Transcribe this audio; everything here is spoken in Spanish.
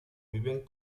viven